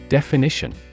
Definition